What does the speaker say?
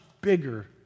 bigger